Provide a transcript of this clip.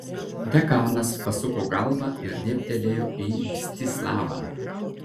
dekanas pasuko galvą ir dėbtelėjo į mstislavą